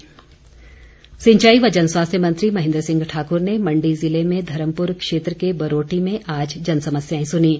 महेन्द्र सिंह सिंचाई व जन स्वास्थ्य मंत्री महेन्द्र सिंह ठाकुर ने मण्डी जिले में धर्मपुर क्षेत्र के बरोटी में आज जनसमस्याएं सुनीं